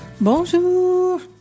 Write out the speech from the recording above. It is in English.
Bonjour